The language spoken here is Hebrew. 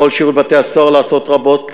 יכול שירות בתי-הסוהר לעשות רבות,